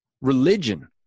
religion